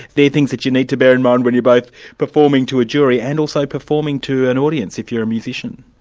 they're things that you need to bear in mind when you're both performing to a jury and also performing to an audience, if you're a musician?